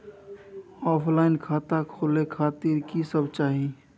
Offline खाता खोले खातिर की सब चाही?